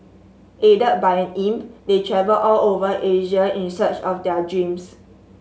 aided by an imp they travel all over Asia in search of their dreams